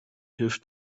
hilf